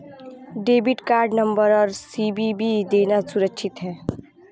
Debit card number और CVV देना सुरक्षित है?